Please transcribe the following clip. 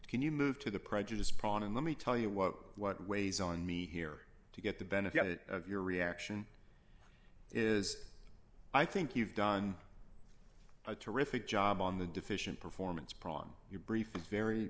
can you move to the prejudice pran and let me tell you what weighs on me here to get the benefit of your reaction is i think you've done a terrific job on the decision performance problem your brief is very